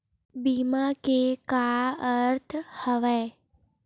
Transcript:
बीमा के का अर्थ हवय?